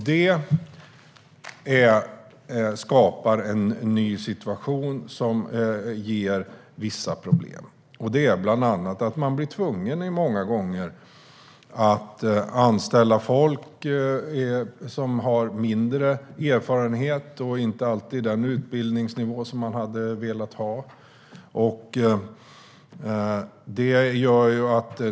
Det skapar en ny situation som ger vissa problem, bland annat att man många gånger blir tvungen att anställa folk som har mindre erfarenhet och inte alltid den utbildningsnivå som man hade velat ha.